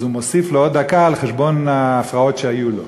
אז מוסיפים לו עוד דקה על חשבון ההפרעות שהיו לו.